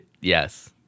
Yes